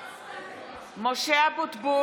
(קוראת בשמות חברי הכנסת) משה אבוטבול,